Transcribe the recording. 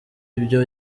ibyo